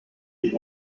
est